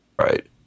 right